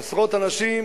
עשרות אנשים,